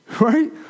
right